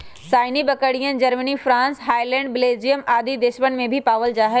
सानेंइ बकरियन, Germany, France, Holland, Belgium आदि देशवन में भी पावल जाहई